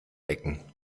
ecken